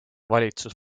valitsus